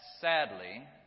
sadly